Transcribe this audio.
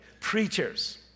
preachers